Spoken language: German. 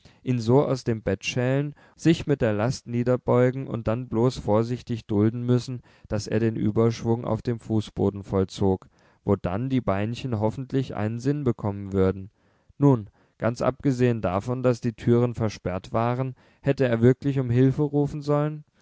ihn so aus dem bett schälen sich mit der last niederbeugen und dann bloß vorsichtig dulden müssen daß er den überschwung auf dem fußboden vollzog wo dann die beinchen hoffentlich einen sinn bekommen würden nun ganz abgesehen davon daß die türen versperrt waren hätte er wirklich um hilfe rufen sollen